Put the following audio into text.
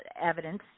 evidence